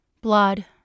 Blood